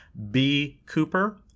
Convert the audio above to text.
bcooper